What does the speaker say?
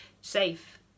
safe